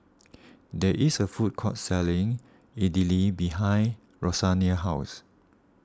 there is a food court selling Idili behind Rosanne's house